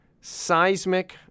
seismic